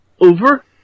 over